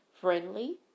friendly